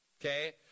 Okay